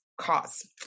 cause